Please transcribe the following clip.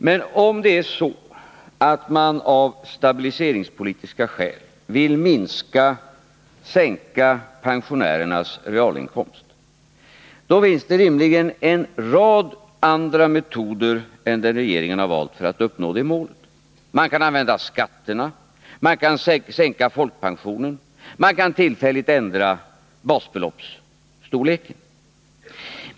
Men om det är så att man av stabiliseringspolitiska skäl vill sänka pensionärernas realinkomst, finns det rimligen en rad andra metoder än dem som regeringen har valt för att uppnå det målet. Man kan använda skatterna, sänka folkpensionen och tillfälligt ändra basbeloppsstorleken.